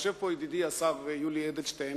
יושב פה ידידי השר יולי אדלשטיין.